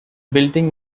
building